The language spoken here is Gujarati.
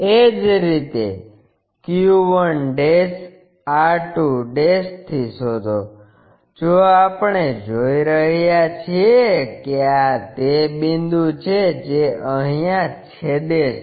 એ જ રીતે q1 r2 થી શોધો જો આપણે જોઈ રહ્યા છીએ કે આ તે બિંદુ છે જે અહીંયા છેદે છે